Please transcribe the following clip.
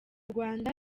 rwanda